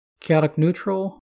chaotic-neutral